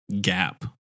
gap